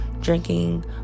drinking